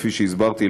כפי שהסברתי,